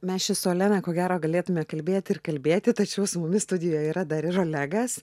mes čia su olena ko gero galėtume kalbėti ir kalbėti tačiau su mumis studijoje yra dar ir olegas